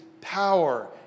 power